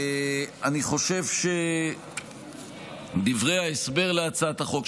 אני חושב שדברי ההסבר להצעת החוק,